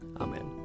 Amen